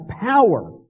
power